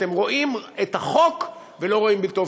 אתם רואים את החוק ולא רואים בלתו.